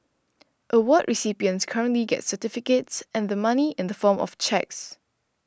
award recipients currently get certificates and the money in the form of cheques